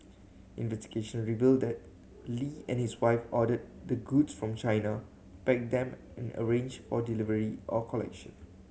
investigation revealed that Lee and his wife ordered the goods from China packed them and arranged for delivery or collection